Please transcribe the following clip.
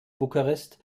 bukarest